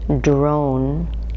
drone